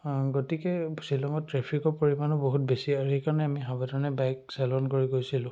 গতিকে শ্বিলঙত ট্ৰেফিকৰ পৰিমাণো বহুত বেছি আৰু সেইকাৰণে আমি সাৱধানে বাইক চালন কৰি গৈছিলোঁ